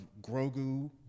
Grogu